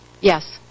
Yes